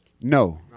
No